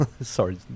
Sorry